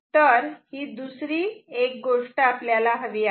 तर ही दुसरी गोष्ट आपल्याला हवी आहे